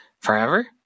Forever